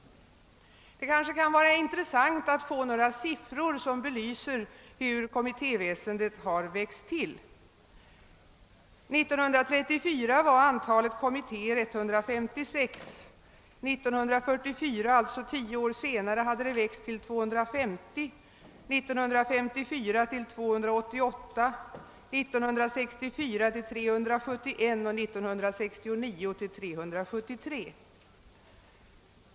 Det kanske kan vara intressant att få några siffror som belyser hur kommittéväsendet har tillväxt. År 1934 var antalet kommittéer 156, 1944 hade antalet stigit till 250, 1954 till 288, 1964 till 371 och 1969 till 373.